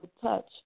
touch